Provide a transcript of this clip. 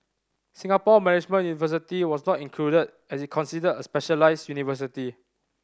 Singapore Management University was not included as is considered a specialised university